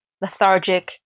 lethargic